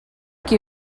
qui